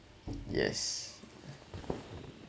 yes